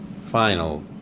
final